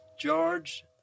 George